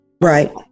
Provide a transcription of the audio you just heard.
Right